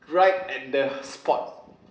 right at the spot